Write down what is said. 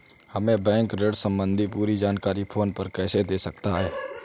हमें बैंक ऋण संबंधी पूरी जानकारी फोन पर कैसे दे सकता है?